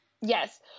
Yes